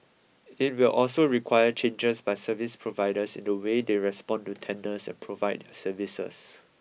it will also require changes by service providers in the way they respond to tenders and provide their services